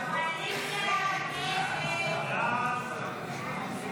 הסתייגות 63 לחלופין ט לא נתקבלה.